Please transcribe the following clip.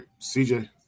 CJ